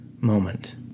moment